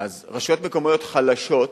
אז רשויות מקומיות חלשות,